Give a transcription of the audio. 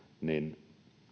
niin